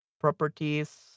Properties